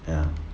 ya